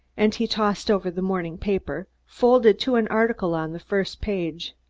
and he tossed over the morning paper folded to an article on the first page.